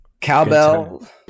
Cowbell